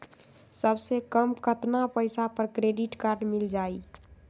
सबसे कम कतना पैसा पर क्रेडिट काड मिल जाई?